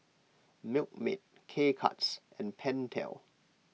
Milkmaid K Cuts and Pentel